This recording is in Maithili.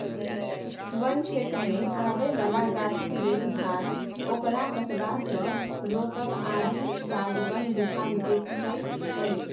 बन क्षेत्रमे आबय बला गाछक देखभाल ओकरा कटबासँ रोकब आदिक काज बन विभाग देखैत छै